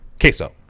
queso